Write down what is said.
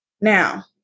Now